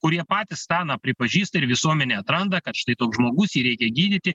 kurie patys tą na pripažįsta ir visuomenė atranda kad štai toks žmogus jį reikia gydyti